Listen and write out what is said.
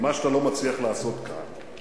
במה שאתה לא מצליח לעשות כאן,